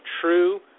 true